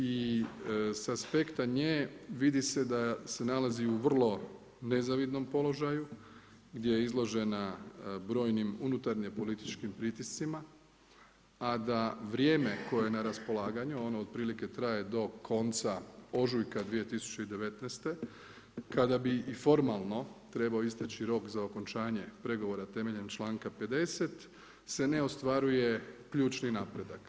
I sa aspekta nje vidi se da se nalazi u vrlo nezavidnom položaju gdje je izložena brojnim unutarnjim političkim pritiscima a da vrijeme koje je na raspolaganju, ono otprilike traje do konca ožujka 2019., kada bi i formalno trebao isteći rok za okončanje pregovora temeljem članka 50. se ne ostvaruje ključni napredak.